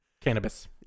cannabis